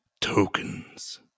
tokens